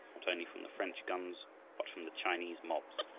not only from the french guns, but from the chinese mobs.